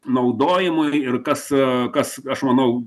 naudojimui ir kas a kas aš manau